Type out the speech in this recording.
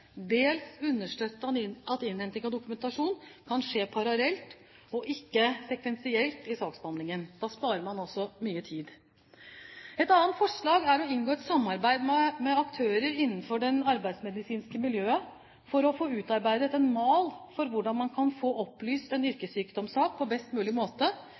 dels understøtte at innhenting av dokumentasjon kan skje parallelt og ikke sekvensielt i saksbehandlingen. Da sparer man også mye tid. Et annet forslag er å inngå et samarbeid med aktører innenfor det arbeidsmedisinske miljøet for å få utarbeidet en mal for hvordan man kan få opplyst en yrkessykdomssak på best mulig måte,